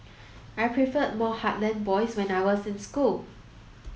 I preferred more heartland boys when I was in school